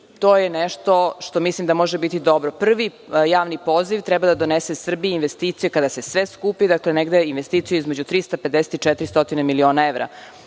To je nešto što mislim da može biti dobro. Prvi javni poziv treba da donese Srbiji investicije, kada se sve skupi, između 350 i 400 miliona evra.